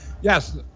Yes